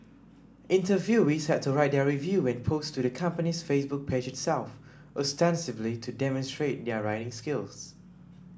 interviewees had to write their review and post to the company's Facebook page itself ostensibly to demonstrate their writing skills